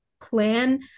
plan